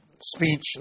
speech